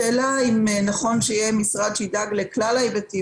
השאלה אם נכון שיהיה משרד שידאג לכלל ההיבטים